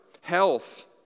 health